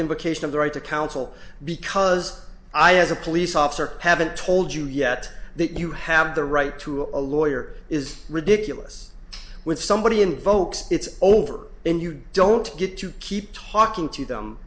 invocation of the right to counsel because i as a police officer haven't told you yet that you have the right to a lawyer is ridiculous when somebody invokes it's over and you don't get to keep talking to them